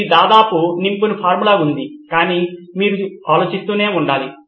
ఇది దాదాపు నింపిన ఫారమ్ లాగా ఉంటుంది కానీ మీరు ఆలోచిస్తూనే ఉండాలి